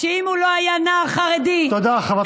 שאם הוא לא היה נער חרדי, תודה, חברת הכנסת רגב.